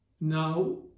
Now